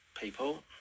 people